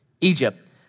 Egypt